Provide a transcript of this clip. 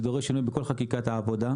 זה דורש שינוי בכל חקיקת העבודה,